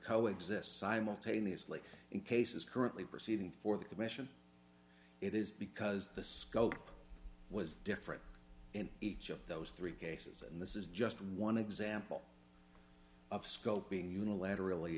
co exist simultaneously in cases currently proceeding for the commission it is because the scope was different in each of those three cases and this is just one example of scope being unilaterally